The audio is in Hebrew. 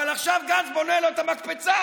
אבל עכשיו גנץ בונה לו את המקפצה.